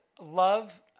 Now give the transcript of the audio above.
Love